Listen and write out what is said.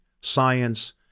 science